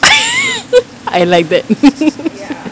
I like that